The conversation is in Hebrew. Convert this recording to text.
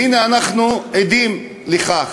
והנה, אנחנו עדים לכך